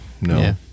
no